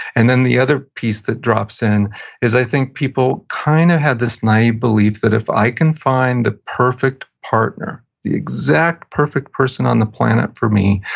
and then the other piece that drops in is i think people kind of have this naive belief that if i can find the perfect partner, the exact perfect person on the planet for me,